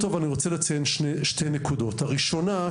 אני רוצה לציין שתי נקודות: נקודה ראשונה,